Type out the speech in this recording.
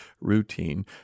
routine